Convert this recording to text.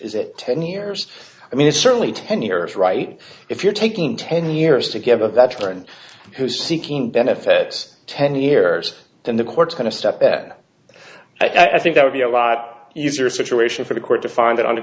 is it ten years i mean it's certainly ten years right if you're taking ten years to give a veteran who's seeking benefits ten years and the courts kind of step at i think that would be a lot easier situation for the court to find it